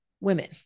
women